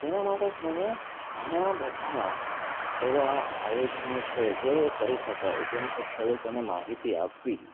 તેના માટે થઈને ઘણાં બધાં એવાં આયોજનો છે જે કરી શકાય જેમ કે ખેડૂતોને માહિતી આપવી